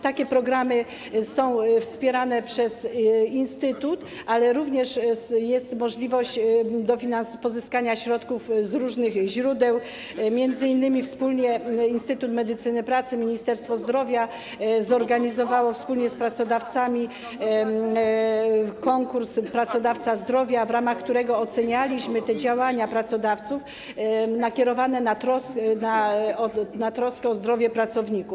Takie programy są wspierane przez instytut, ale również jest możliwość pozyskania środków z różnych źródeł, m.in. Instytut Medycyny Pracy i Ministerstwo Zdrowia zorganizowały wspólnie z pracodawcami konkurs „PracoDawca Zdrowia”, w ramach którego ocenialiśmy działania pracodawców nakierowane na troskę o zdrowie pracowników.